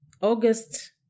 August